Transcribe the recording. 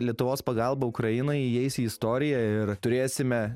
lietuvos pagalba ukrainai įeis į istoriją ir turėsime